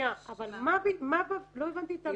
לא הבנתי את המשפט.